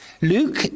Luke